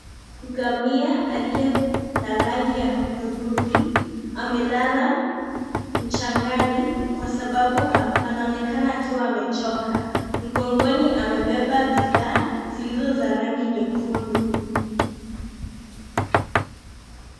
Ngamia aliye na rangi ya hudhurungi, amelala mchangani kwa sababu anonekana kua amechoka, mgogoni amebeba bidhaa zilizo za rangi nyekundu.